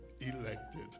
elected